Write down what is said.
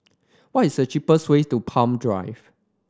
what is the cheapest way to Palm Drive